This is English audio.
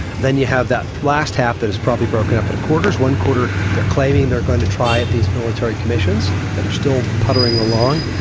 then you have that last half that is probably broken up into quarters. one quarter they're claiming they're going to try at these military commissions that are still puttering along,